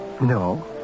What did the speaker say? No